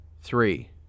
Three